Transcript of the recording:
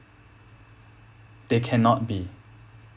they cannot be